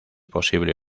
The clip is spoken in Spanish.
posible